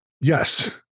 yes